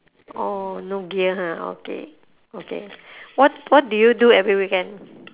orh no gear ha okay okay what what do you do every weekend